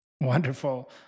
Wonderful